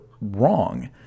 wrong